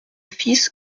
fils